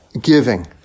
giving